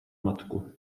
matku